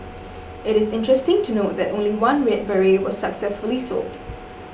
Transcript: it is interesting to note that only one red beret was successfully sold